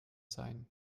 sein